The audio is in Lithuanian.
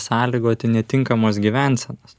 sąlygoti netinkamos gyvensenos